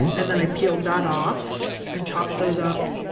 and then i peeled that off and chopped those up,